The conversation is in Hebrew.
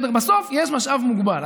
בסוף יש משאב מוגבל.